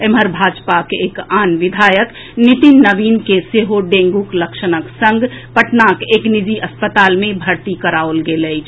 एम्हर भाजपाक एक अन्य विधायक नितिन नवीन के सेहो डेंगुक लक्षणक संग पटनाक एक निजी अस्पताल मे भर्ती कराओल गेल अछि